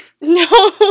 No